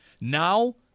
Now